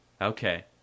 Okay